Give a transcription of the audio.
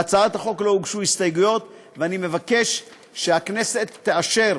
להצעת לא הוגשו הסתייגויות, ואני מבקש שהכנסת תאשר